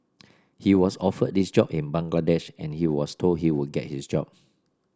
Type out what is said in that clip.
he was offered this job in Bangladesh and he was told he would get this job